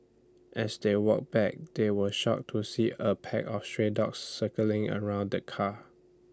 as they walked back they were shocked to see A pack of stray dogs circling around the car